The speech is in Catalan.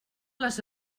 les